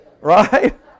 Right